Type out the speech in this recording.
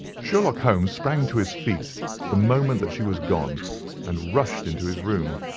sherlock holmes sprang to his feet the moment that she was gone and rushed into his room.